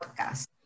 podcast